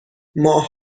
ماه